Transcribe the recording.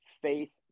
faith